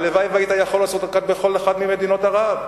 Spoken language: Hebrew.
הלוואי שהיית יכול לעשות זאת בכל אחת ממדינות ערב.